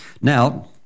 Now